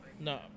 No